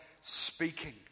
speaking